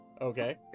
Okay